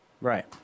right